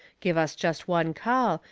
give us just one call,